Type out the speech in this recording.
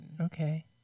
okay